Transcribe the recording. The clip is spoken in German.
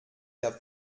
der